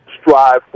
strive